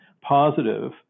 positive